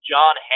John